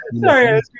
Sorry